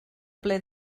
ple